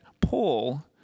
Paul